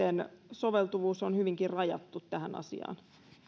soveltuvuus on hyvinkin rajattu tähän asiaan